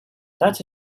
that